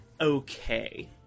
okay